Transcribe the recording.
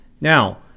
Now